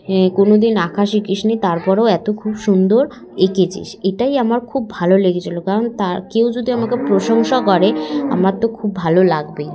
কোনো দিন আঁকা শিখিস নি তারপরও এত খুব সুন্দর এঁকেছিস এটাই আমার খুব ভালো লেগেছিলো কারণ তার কেউ যদি আমাকে প্রশংসা করে আমার তো খুব ভালো লাগবেই